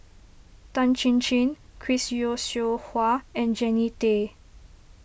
Tan Chin Chin Chris Yeo Siew Hua and Jannie Tay